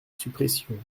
suppression